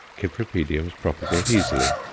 cypripediums propagate easily,